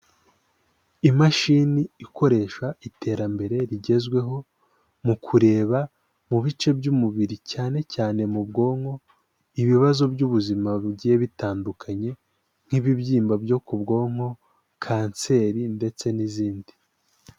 Imashini ikoresha iterambere rigezweho mu kureba mu bice by'umubiri cyane cyane mu bwonko, ibibazo by'ubuzima bugiye bUtandukanye nk'ibibyimba byo ku bwonko, kanseri ndetse n'izindi.